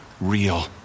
real